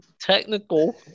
Technical